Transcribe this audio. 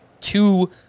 two